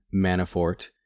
Manafort